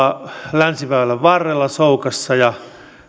länsiväylän varrella soukassa ja